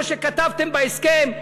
כמו שכתבתם בהסכם,